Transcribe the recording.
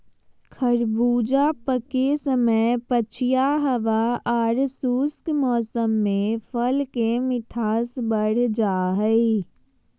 खरबूजा पके समय पछिया हवा आर शुष्क मौसम में फल के मिठास बढ़ जा हई